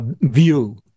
view